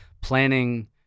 planning